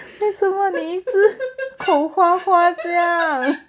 为什么你一只口花花这样